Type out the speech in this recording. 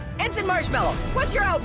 ensign marshmallow, what's your